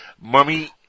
Mummy